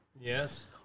Yes